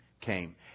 came